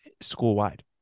school-wide